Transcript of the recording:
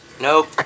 Nope